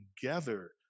together